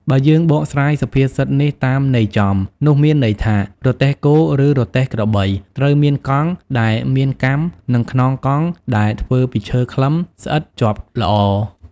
បើយើងបកស្រាយសុភាសិតនេះតាមន័យចំ នោះមានន័យថា រទេះគោ ឬរទេះក្របី ត្រូវមានកង់ ដែលមានកាំ និងខ្នងកង់ដែលធ្វើពីឈើខ្លឹម ស្អិតជាប់ល្អ ។